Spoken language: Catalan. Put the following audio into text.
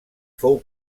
fou